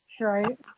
Right